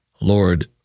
Lord